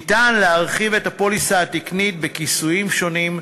ניתן להרחיב את הפוליסה התקנית בכיסויים שונים,